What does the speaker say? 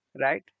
right